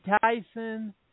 Tyson